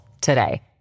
today